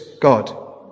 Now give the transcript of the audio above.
God